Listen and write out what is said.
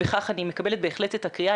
ובכך אני מקבלת בהחלט את הקריאה.